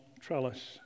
trellis